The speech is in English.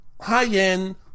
high-end